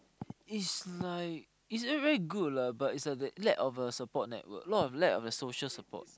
is like is very very good lah but it's like the lack of a support network lot lack of a social support